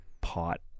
pot